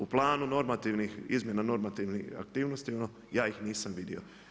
U planu izmjena normativnih aktivnosti, ja ih nisam vidio.